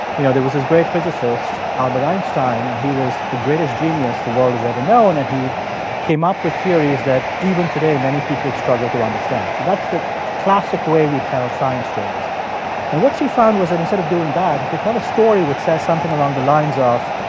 you know, there was this great physicist, albert einstein. and he was the greatest genius the world has ever known, and he came up with theories that, even today, many people struggle to understand. so that's the classic way we tell science stories and what she found was that instead of doing that, if you tell a story which says something along the lines of,